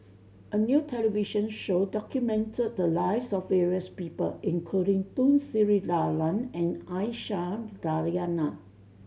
a new television show documented the lives of various people including Tun Sri Lanang and Aisyah Lyana